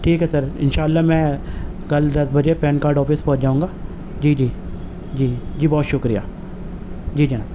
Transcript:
ٹھیک ہے سر ان شاء اللہ میں کل دس بجے پین کارڈ آفس پہنچ جاؤں گا جی جی جی جی بہت شکریہ جی جناب